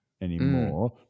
anymore